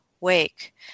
wake